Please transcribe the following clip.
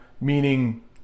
meaning